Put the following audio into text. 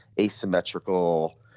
asymmetrical